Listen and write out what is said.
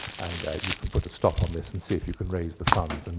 and you can put a stop on this and see if you can raise the funds, and